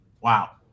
Wow